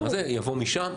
יבוא משם,